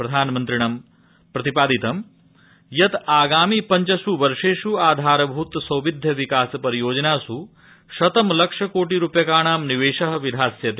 प्रधानमन्त्रिणां प्रतिपादितं यत् आगामिष् पञ्चस् वर्षेष् आधारभूत सौविध विकास परियोजनास् शतं लक्षकोरि रुप्यकाणां निवेश विधास्यते